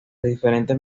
diferentes